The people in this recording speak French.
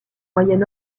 moyen